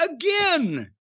Again